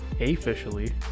officially